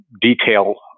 detail